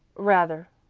rather,